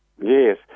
Yes